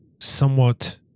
somewhat